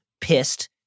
pissed